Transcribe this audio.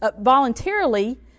voluntarily